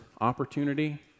opportunity